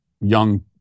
young